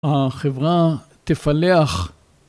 החברה תפלח.